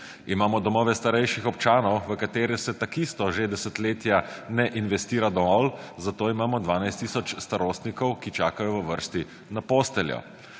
Imamo domove starejših občanov, v katere se takisto že desetletja ne investira dovolj, zato imamo 12 tisoč starostnikov, ki čakajo v vrsti na posteljo.